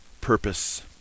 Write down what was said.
purpose